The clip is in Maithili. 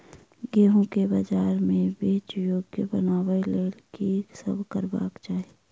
गेंहूँ केँ बजार मे बेचै योग्य बनाबय लेल की सब करबाक चाहि?